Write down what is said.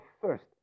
first